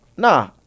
Nah